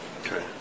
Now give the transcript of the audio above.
Okay